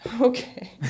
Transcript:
Okay